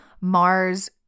Mars